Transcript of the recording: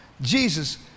Jesus